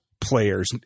players